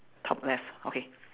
top left okay